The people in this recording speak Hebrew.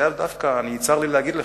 זה היה דווקא, צר לי להגיד לך,